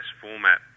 format